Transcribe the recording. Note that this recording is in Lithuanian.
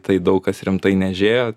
tai daug kas rimtai nežėjo